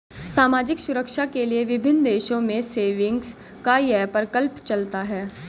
सामाजिक सुरक्षा के लिए विभिन्न देशों में सेविंग्स का यह प्रकल्प चलता है